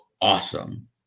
awesome